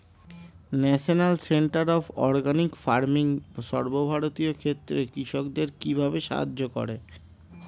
National Centre of Organic Farming সর্বভারতীয় ক্ষেত্রে কৃষকদের কিভাবে সাহায্য করে?